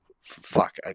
fuck